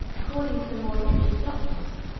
according to the more rigid doctors,